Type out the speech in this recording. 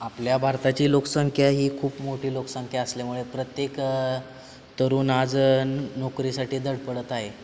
आपल्या भारताची लोकसंख्या ही खूप मोठी लोकसंख्या असल्यामुळे प्रत्येक तरुण आज नोकरीसाठी धडपडत आहे